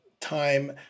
time